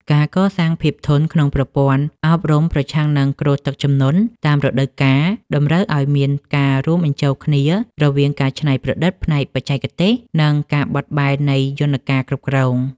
ការកសាងភាពធន់ក្នុងប្រព័ន្ធអប់រំប្រឆាំងនឹងគ្រោះទឹកជំនន់តាមរដូវកាល តម្រូវឱ្យមានការរួមបញ្ចូលគ្នារវាងការច្នៃប្រឌិតផ្នែកបច្ចេកទេស និងការបត់បែននៃយន្តការគ្រប់គ្រង។